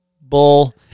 bull